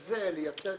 ועל ידי זה לייצר,